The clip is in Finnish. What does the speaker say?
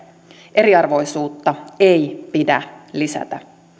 eriarvoisuutta ei pidä lisätä